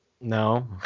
No